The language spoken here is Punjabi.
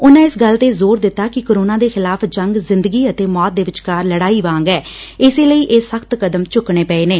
ਉਨ੍ਹਂ ਇਸ ਗੱਲ ਤੇ ਜੋਰ ਦਿੱਤਾ ਕਿ ਕੋਰੋਨਾ ਦੇ ਖਿਲਾਫ ਜੰਗ ਜਿੰਦਗੀ ਅਤੇ ਮੌਤ ਦੇ ਵਿਚਕਾਰ ਲੜਾਈ ਵਾਂਗ ਏ ਇਸ ਲਈ ਇਹ ਸਖਤ ਕਦਮ ਚੁੱਕਣੇ ਪਏ ਨੇ